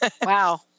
Wow